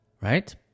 right